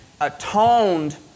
atoned